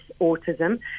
autism